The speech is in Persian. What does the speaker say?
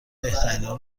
بهترینا